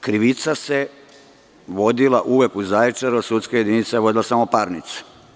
Krivica se vodila uvek u Zaječaru, a sudska jedinica je vodila samo parnice.